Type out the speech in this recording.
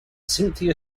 cynthia